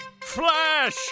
Flash